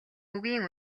үгийн